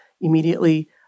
immediately